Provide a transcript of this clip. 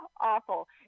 awful